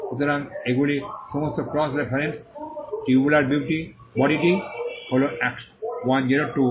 সুতরাং এগুলি সমস্ত ক্রস রেফারেন্স টিউবুলার বডিটি হল 102